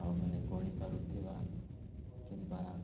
ଆଉ ମାନେ ଗଣି ପାରୁଥିବା କିମ୍ବା